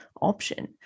option